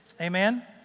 Amen